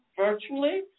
virtually